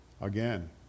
Again